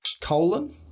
colon